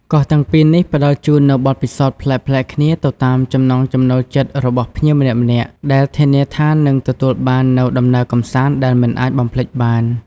កោះទាំងពីរនេះផ្តល់ជូននូវបទពិសោធន៍ប្លែកៗគ្នាទៅតាមចំណង់ចំណូលចិត្តរបស់ភ្ញៀវម្នាក់ៗ ដែលធានាថាអ្នកនឹងទទួលបាននូវដំណើរកម្សាន្តដែលមិនអាចបំភ្លេចបាន។